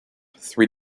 three